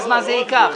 הוא צודק.